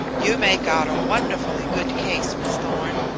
you make out a wonderfully good case, miss thorn,